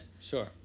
Sure